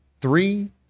Three